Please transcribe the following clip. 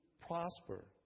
prosper